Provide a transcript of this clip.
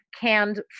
canned